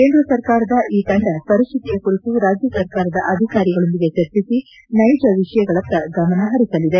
ಕೇಂದ್ರ ಸರ್ಕಾರದ ಈ ತಂಡ ಪರಿಸ್ಥಿತಿಯ ಕುರಿತು ರಾಜ್ಯ ಸರ್ಕಾರದ ಅಧಿಕಾರಿಗಳೊಂದಿಗೆ ಚರ್ಚಿಸಿ ನೈಜ ವಿಷಯಗಳತ್ತ ಗಮನಹರಿಸಲಿದೆ